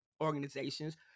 organizations